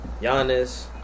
Giannis